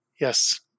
Yes